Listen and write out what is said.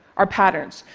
our patterns.